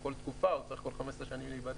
כל תקופה, הוא צריך כל 15 שנה להיבדק.